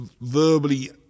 verbally